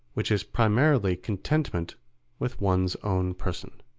which is primarily contentment with one's own person.